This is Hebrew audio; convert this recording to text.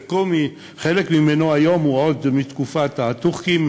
חלק ממנו היום הוא עוד מתקופת הטורקים,